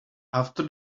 after